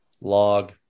Log